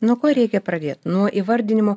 nuo ko reikia pradėt nuo įvardinimo